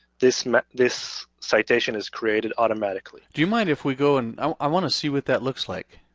this this citation is created automatically. do you mind if we go and, i want to see what that looks like.